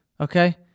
Okay